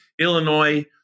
Illinois –